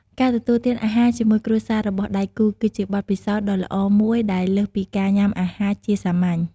ការទទួលទានអាហារជាមួយគ្រួសាររបស់ដៃគូ គឺជាបទពិសោធន៍ដ៏ល្អមួយដែលលើសពីការញុំាអាហារជាសាមញ្ញ។